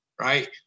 right